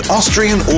Austrian